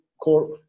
core